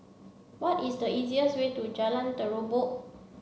what is the easiest way to Jalan Terubok